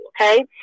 Okay